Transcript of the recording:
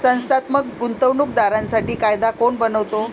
संस्थात्मक गुंतवणूक दारांसाठी कायदा कोण बनवतो?